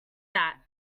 that